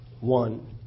one